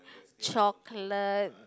chocolate